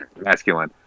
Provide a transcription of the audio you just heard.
masculine